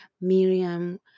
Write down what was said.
Miriam